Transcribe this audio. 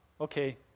okay